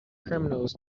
criminals